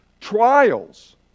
trials